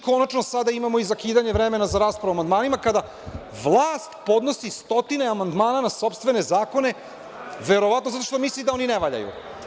Konačno sada imamo i zakidanje vremena za raspravu o amandmanima kada vlast podnosi stotine amandmana na sopstvene zakone, verovatno zato što misli da oni ne valjaju.